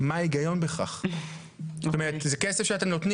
כל הכסף שנמצא